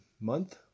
month